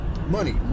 money